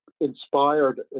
inspired